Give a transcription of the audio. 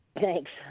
Thanks